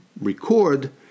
record